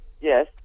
Yes